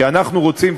כי אנחנו רוצים,